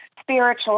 spiritual